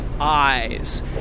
eyes